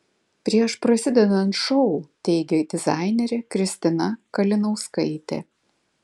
prieš prasidedant šou teigė dizainerė kristina kalinauskaitė